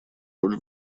роль